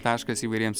taškas įvairiems